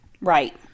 right